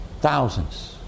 Thousands